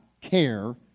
care